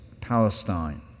Palestine